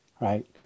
right